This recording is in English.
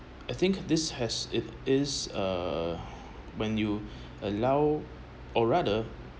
I think this has it is uh when you allow or rather